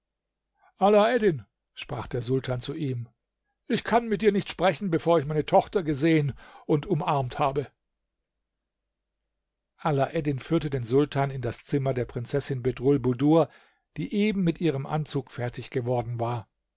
alaeddin sprach der sultan zu ihm ich kann mit dir nicht sprechen bevor ich meine tochter gesehen und umarmt habe alaeddin führte den sultan in das zimmer der prinzessin bedrulbudur die eben mit ihrem anzug fertig geworden war